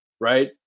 right